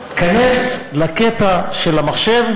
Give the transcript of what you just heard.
תיכנס לקטע של המחשב,